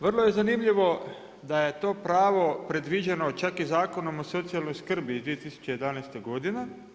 Vrlo je zanimljivo da je to pravo predviđeno čak i Zakonom o socijalnoj skrbi iz 2011. godine.